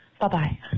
Bye-bye